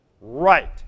Right